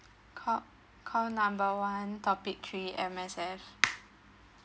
cal~ call number one topic three M_S_F